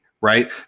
right